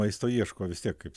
maisto ieško vis tiek kaip